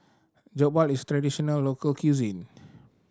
Jokbal is traditional local cuisine